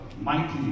mighty